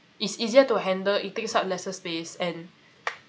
it's easier to handle it takes up lesser space and